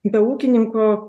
be ūkininko